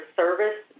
service